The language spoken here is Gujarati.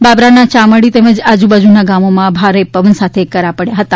બાબરાના યામરડી તેમજ આજુબાજુના ગામોમાં ભારે પવન સાથે કરા પડ્યા હતા